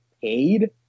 paid